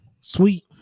Sweet